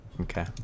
Okay